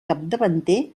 capdavanter